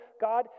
God